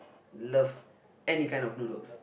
love any kind of noodles